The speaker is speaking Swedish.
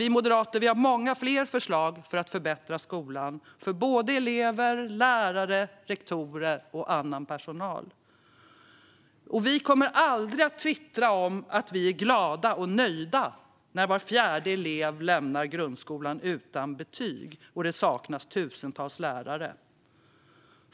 Vi moderater har många fler förslag för att förbättra skolan för både elever, lärare, rektorer och annan personal. Vi kommer aldrig att twittra om att vi är glada och nöjda när var fjärde elev lämnar grundskolan utan betyg och när det saknas tusentals lärare.